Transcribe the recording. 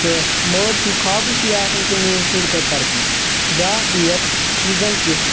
تہٕ مٲلۍ سُنٛد خابٕے چھُے یہِ آسان کہِ میٛون شُر کَرِ تَرقی بیٛاکھ ڈیٹ یُس زَن کہِ